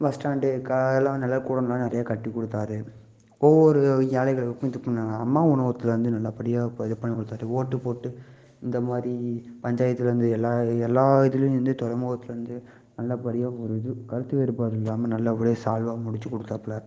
bus stand நல்ல கூடம்லாம் நிறையா கட்டி கொடுத்தாரு ஒவ்வொரு ஏழைகளுக்கும் இது பண்ணாங்க அம்மா உணவகத்தில் வந்து நல்லபடியாக இப்போ இது பண்ணி கொடுத்தாரு ஓட்டு போட்டு இந்த மாதிரி பஞ்சாயத்தில் வந்து எல்லா எல்லா இதுலேயும் வந்து துறைமுகத்துலேருந்து நல்லபடியாக ஒரு இது கருத்து வேறுபாடு இல்லாமல் நல்லபடியாக சால்வாக முடிச்சு கொடுத்தாப்புல